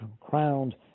crowned